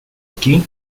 aquí